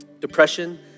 Depression